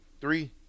three